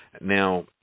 Now